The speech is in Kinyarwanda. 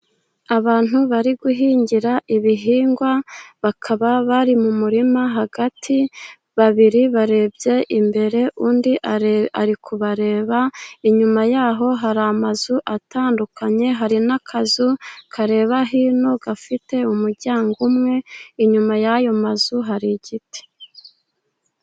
Abantu bari guhingira ibihingwa bakaba bari mu murima hagati, babiri barebye imbere, undi ari kubareba. Inyuma yaho hari amazu atandukanye, hari n'akazu kareba hino gafite umuryango umwe, inyuma yayo mazu hari igiti.